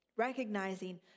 recognizing